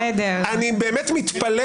אני באמת מתפלא